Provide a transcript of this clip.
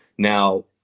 Now